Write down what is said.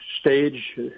stage